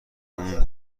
اون